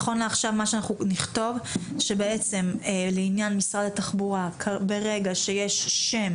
נכון לעכשיו מה שאנחנו נכתוב זה שלעניין משרד התחבורה ברגע שיש שם